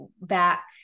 back